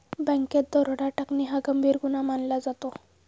बँकेत दरोडा टाकणे हा गंभीर गुन्हा मानला जातो